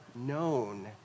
known